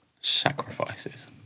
sacrifices